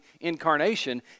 incarnation